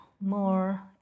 more